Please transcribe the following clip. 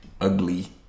Ugly